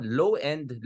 low-end